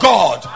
God